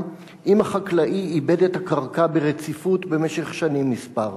אם החקלאי עיבד את הקרקע ברציפות במשך שנים מספר.